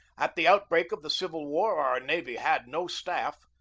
at the outbreak of the civil war our navy had no staff,